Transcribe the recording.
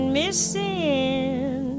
missing